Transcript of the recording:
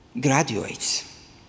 graduates